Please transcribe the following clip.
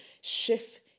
shift